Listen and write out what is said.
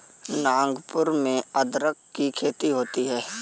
नागपुर में अदरक की खेती होती है